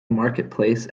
marketplace